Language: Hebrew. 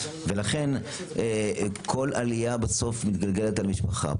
ולכן, כל עלייה מתגלגלת בסוף על משפחה.